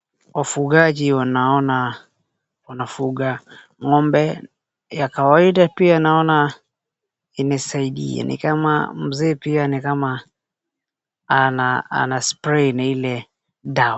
Wafugaji wanaona wanafuga ng'ombe ya kawaida pia naona inasaidia. Mzee pia ni kama anaspray na ile dawa.